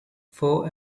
four